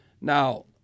Now